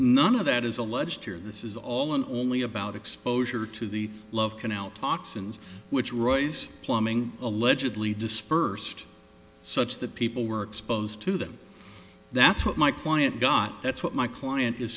none of that is alleged here this is all in only about exposure to the love canal toxins which royce plumbing allegedly dispersed such that people were exposed to that that's what my client got that's what my client is